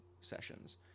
sessions